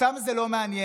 אותם זה לא מעניין.